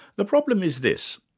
the problem is this.